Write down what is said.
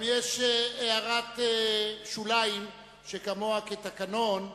יש גם הערת שוליים, שכמוה כתקנון,